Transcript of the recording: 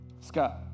Scott